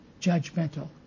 judgmental